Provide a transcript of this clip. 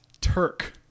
Turk